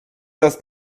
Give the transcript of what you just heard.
erst